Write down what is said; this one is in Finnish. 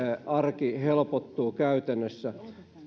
arki helpottuu käytännössä